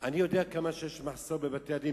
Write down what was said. אני יודע עד כמה יש מחסור בבתי-הדין,